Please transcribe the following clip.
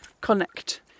connect